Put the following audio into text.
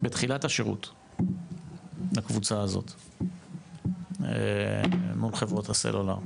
לייצר איזשהו מנגנון בתחילת השירות לקבוצה הזאת מול חברות הסלולר.